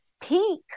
Peak